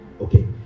Okay